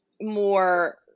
more